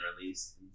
released